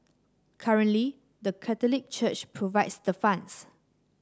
currently the Catholic Church provides the funds